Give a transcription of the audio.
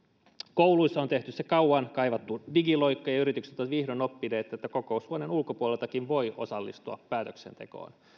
kouluissa on tehty se kauan kaivattu digiloikka ja ja yritykset ovat vihdoin oppineet että kokoushuoneen ulkopuoleltakin voi osallistua päätöksentekoon